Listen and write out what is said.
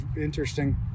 interesting